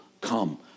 Come